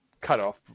cutoff